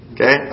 Okay